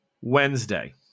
Wednesday